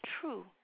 true